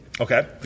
Okay